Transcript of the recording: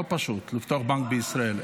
לא פשוט לפתוח בנק בישראל.